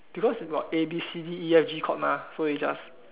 because got A B C D E F G chord mah so you just